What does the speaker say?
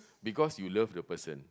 because you love the person